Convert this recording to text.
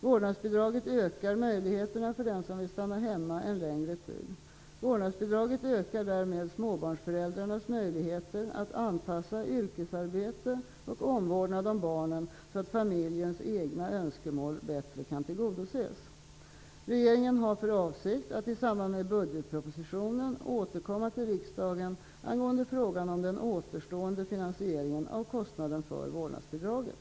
Vårdnadsbidraget ökar möjligheterna för den som vill stanna hemma en längre tid. Vårdnadsbidraget ökar därmed småbarnsföräldrarnas möjligheter att anpassa yrkesarbete och omvårdnad om barnen så att familjens egna önskemål bättre kan tillgodoses. Regeringen har för avsikt att i samband med budgetpropositionen återkomma till riksdagen angående frågan om den återstående finansieringen av kostnaden för vårdnadsbidraget.